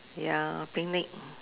ya picnic